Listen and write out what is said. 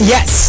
Yes